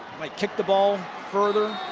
might the ball further.